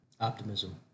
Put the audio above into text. Optimism